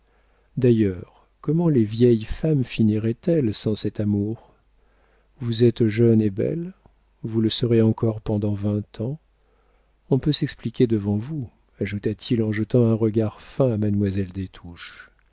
d'ailleurs comment les vieilles femmes finiraient elles sans cet amour vous êtes jeune et belle vous le serez encore pendant vingt ans on peut s'expliquer devant vous ajouta-t-il en jetant un regard fin à mademoiselle